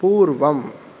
पूर्वम्